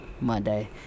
monday